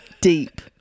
Deep